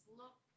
look